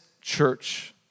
church